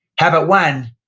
habit one,